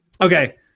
Okay